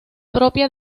propia